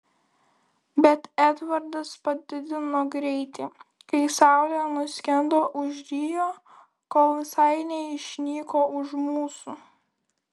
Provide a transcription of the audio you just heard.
bet edvardas padidino greitį kai saulė nuskendo už rio kol visai neišnyko už mūsų